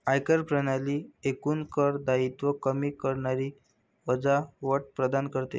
आयकर प्रणाली एकूण कर दायित्व कमी करणारी वजावट प्रदान करते